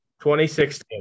2016